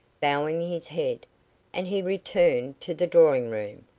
bowing his head and he returned to the drawing-room,